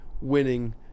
winning